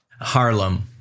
Harlem